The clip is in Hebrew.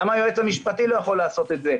למה היועץ המשפטי לא יוכל לעשות את זה,